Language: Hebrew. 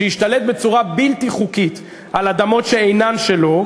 שהשתלט בצורה בלתי חוקית על אדמות שאינן שלו,